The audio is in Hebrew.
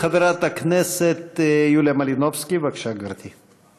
חברת הכנסת יוליה מלינובסקי, בבקשה, גברתי.